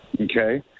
Okay